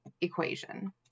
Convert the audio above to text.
Equation